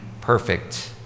perfect